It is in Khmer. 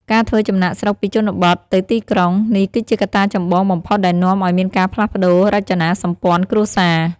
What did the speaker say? ការធ្វើចំណាកស្រុកពីជនបទទៅទីក្រុង: នេះគឺជាកត្តាចម្បងបំផុតដែលនាំឱ្យមានការផ្លាស់ប្ដូររចនាសម្ព័ន្ធគ្រួសារ។